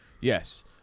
Yes